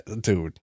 dude